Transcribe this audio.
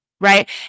right